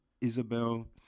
Isabel